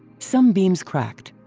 some beams cracked.